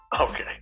Okay